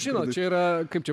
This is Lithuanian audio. žinot čia yra kaip čia